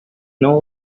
know